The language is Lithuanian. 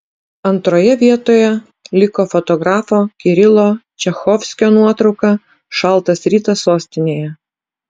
antroje vietoje liko fotografo kirilo čachovskio nuotrauka šaltas rytas sostinėje